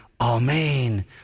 Amen